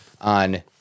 on